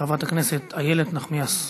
חברת הכנסת איילת נחמיאס ורבין,